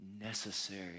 necessary